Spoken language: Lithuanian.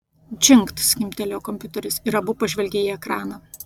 džingt skimbtelėjo kompiuteris ir abu pažvelgė į ekraną